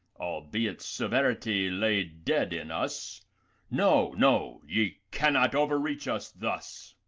albeit severity lay dead in us no, no, ye cannot overreach us thus.